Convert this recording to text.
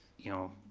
you know,